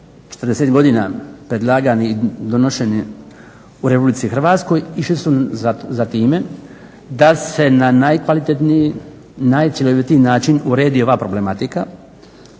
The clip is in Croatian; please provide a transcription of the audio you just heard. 40 godina predlagani, donošeni u Republici Hrvatskoj, išli su za time da se na najkvalitetniji, najcjelovitiji način uredi ova problematika